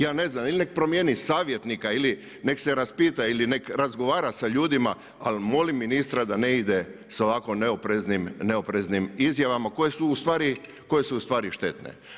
Ja ne znam ili nek promijeni savjetnika ili nek se raspita ili neka razgovara sa ljudima, ali molim ministra da ne ide sa ovako neopreznim izjavama koje su ustvari štetne.